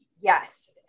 Yes